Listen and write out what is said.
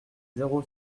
zéro